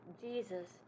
Jesus